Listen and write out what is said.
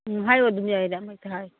ꯎꯝ ꯍꯥꯏꯌꯨ ꯑꯗꯨꯝ ꯌꯥꯏꯗ ꯑꯃ ꯍꯦꯛꯇ ꯍꯥꯏꯌꯨ